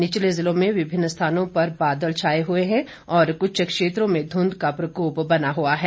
निचले जिलों में विभिन्न स्थानों पर बादल छाए हुए हैं और कुछ क्षेत्रों में धुंध का प्रकोप बना हुआ है